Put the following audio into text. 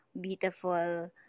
beautiful